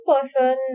person